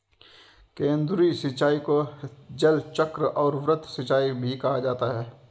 केंद्रधुरी सिंचाई को जलचक्र और वृत्त सिंचाई भी कहा जाता है